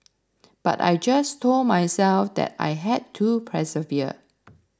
but I just told myself that I had to persevere